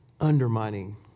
Undermining